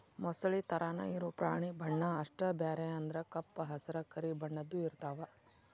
ಮೊಸಳಿ ತರಾನ ಇರು ಪ್ರಾಣಿ ಬಣ್ಣಾ ಅಷ್ಟ ಬ್ಯಾರೆ ಅಂದ್ರ ಕಪ್ಪ ಹಸರ, ಕರಿ ಬಣ್ಣದ್ದು ಇರತಾವ